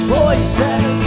voices